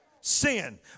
sin